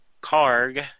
Karg